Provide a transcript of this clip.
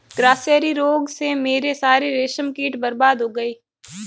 grasserie रोग से मेरे सारे रेशम कीट बर्बाद हो गए